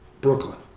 Brooklyn